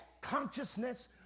consciousness